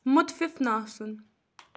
مُتفِف نہَ آسُن